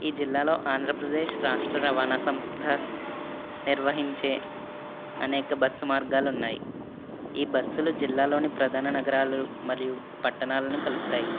ఈ జిల్లాలో ఆంధ్రప్రదేశ్ రాష్ట్ర రవాణా సంస్థ నిర్వహించే అనేక బస్సు మార్గాలు ఉన్నాయి ఈ బస్సులు జిల్లాలోని ప్రధాన నగరాలు మరియు పట్టణాలను కలుపుతాయి